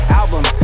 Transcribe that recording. album